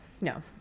no